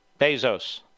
Bezos